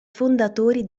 fondatori